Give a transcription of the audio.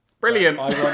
Brilliant